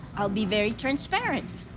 i'll be very transparent.